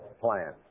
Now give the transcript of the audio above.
plan